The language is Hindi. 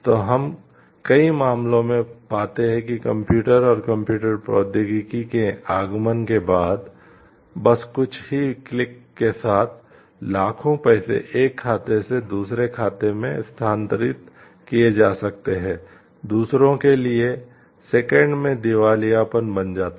तो हम कई मामलों में पाते हैं कंप्यूटर और कंप्यूटर प्रौद्योगिकी के आगमन के बाद बस कुछ ही क्लिक के साथ लाखों पैसे एक खाते से दूसरे खाते में स्थानांतरित किए जा सकते हैं दूसरे के लिए सेकंड में दिवालियापन बन जाता है